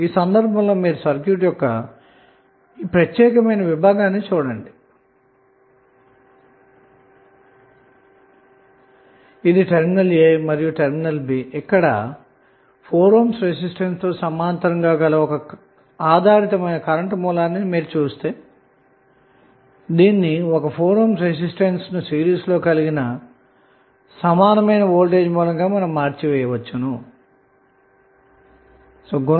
ఈ సందర్భంలో సర్క్యూట్ యొక్క ఈ ప్రత్యేక విభాగాన్ని చుస్తే ఇది టెర్మినల్a మరియు టెర్మినల్ b ఇక్కడ 4 ohm రెసిస్టెన్స్ తోసమాంతరంగా గల ఆధారిత కరెంటు సోర్స్ ని ఒక 4 ohm రెసిస్టెన్స్ ను సిరీస్ లో గల వోల్టేజ్ సోర్స్ గా మార్చవచ్చు